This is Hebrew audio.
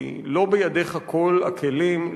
כי לא בידיך כל הכלים,